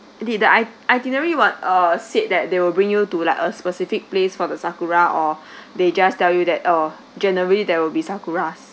did the itinerary what uh said that they will bring you to like a specific place for the sakura or they just tell you that uh generally there will be sakura